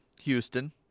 Houston